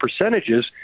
percentages